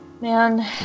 Man